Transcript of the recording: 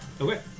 okay